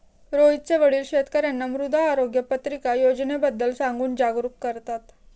रोहितचे वडील शेतकर्यांना मृदा आरोग्य पत्रिका योजनेबद्दल सांगून जागरूक करतात